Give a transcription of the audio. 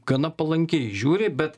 gana palankiai žiūri bet